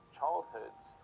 childhoods